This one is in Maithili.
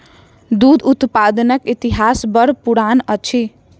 दूध उत्पादनक इतिहास बड़ पुरान अछि